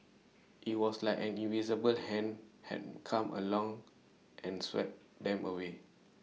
IT was like an invisible hand had come along and swept them away